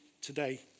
today